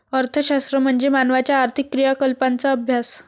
अर्थशास्त्र म्हणजे मानवाच्या आर्थिक क्रियाकलापांचा अभ्यास